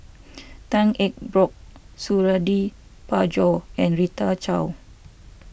Tan Eng Bock Suradi Parjo and Rita Chao